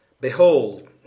Behold